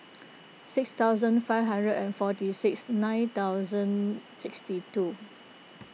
six thousand five hundred and forty six nine thousand sixty two